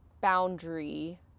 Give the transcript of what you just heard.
boundary